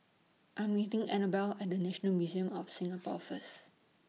I Am meeting Annabell At National Museum of Singapore First